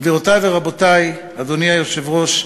גבירותי ורבותי, אדוני היושב-ראש,